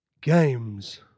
games